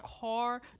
car